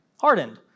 hardened